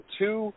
two